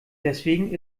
deswegen